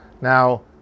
Now